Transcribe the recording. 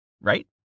right